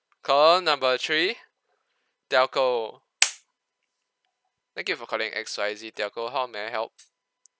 call number three telco thank you for calling X Y Z telco how may I help